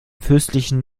fürstlichen